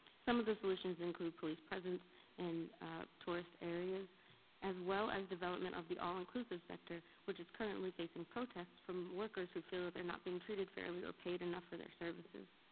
some of the solutions include police presence in tourist areas as well as development of the all-inclusive sector, which is currently facing protests from the workers who feel ah they're not being treated fairly or paid enough for their services.